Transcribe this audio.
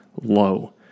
low